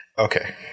Okay